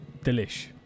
Delish